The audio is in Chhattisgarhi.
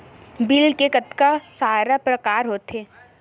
बिल के कतका सारा प्रकार होथे?